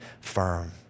firm